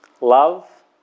Love